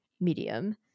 medium